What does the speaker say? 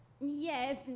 Yes